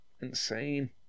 insane